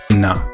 No